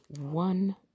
one